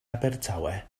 abertawe